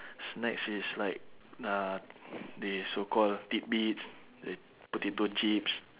snacks is like uh they so call tidbits a~ potato chips